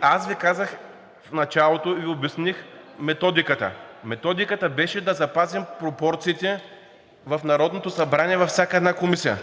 Аз Ви казах в началото и Ви обясних методиката, а методиката беше да запазим пропорциите в Народното събрание във всяка една комисия.